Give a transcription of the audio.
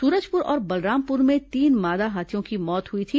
सूरजपुर और बलरामपुर में तीन मादा हाथियों की मौत हुई थी